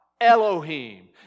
Elohim